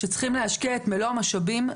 שצריכים להשקיע את מלוא המשאבים,